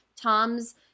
Tom's